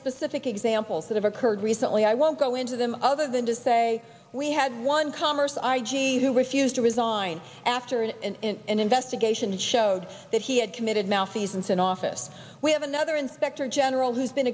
specific examples that have occurred recently i won't go into them other than to say we had one commerce i g who refused to resign after an investigation showed that he had committed malfeasance in office we have another inspector general who's been